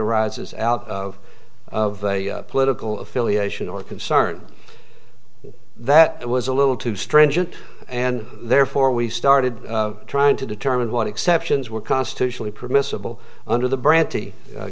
arises out of a political affiliation or concern that it was a little too stringent and therefore we started trying to determine what exceptions were constitutionally permissible under the brandy